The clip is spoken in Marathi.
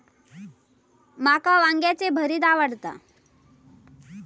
माका वांग्याचे भरीत आवडता